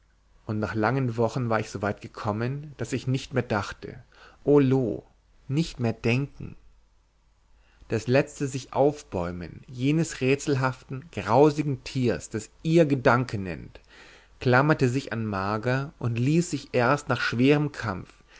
und nach langen wochen war ich soweit gekommen daß ich nicht mehr dachte o loo nicht mehr denken das letzte sich aufbäumen jenes rätselhaften grausigen tiers das ihr gedanke nennt klammerte sich an marga und ließ sich erst nach schwerem kampf